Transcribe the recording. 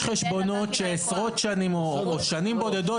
יש חשבונות שעשרות שנים או שנים בודדות